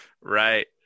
Right